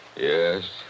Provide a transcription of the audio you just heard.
Yes